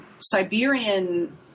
Siberian